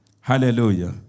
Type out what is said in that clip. Hallelujah